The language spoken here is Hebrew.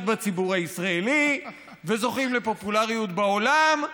בציבור הישראלי וזוכים לפופולריות בעולם,